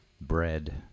bread